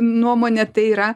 nuomone tai yra